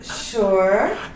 Sure